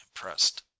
impressed